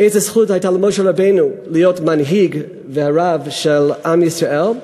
איזו זכות הייתה למשה רבנו להיות מנהיג ורב של עם ישראל?